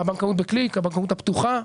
הבנקאות בקליק, הבנקאות הפתוחה.